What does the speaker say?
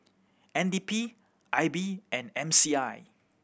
N D P I B and M C I